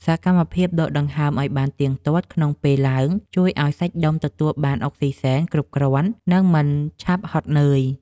សកម្មភាពដកដង្ហើមឱ្យបានទៀងទាត់ក្នុងពេលឡើង ជួយឱ្យសាច់ដុំទទួលបានអុកស៊ីសែនគ្រប់គ្រាន់ និងមិនឆាប់ហត់នឿយ។